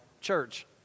church